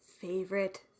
favorite